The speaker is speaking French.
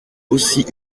aussi